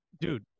Dude